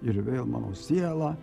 ir vėl mano siela